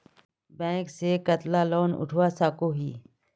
Bank से कतला loan उठवा सकोही?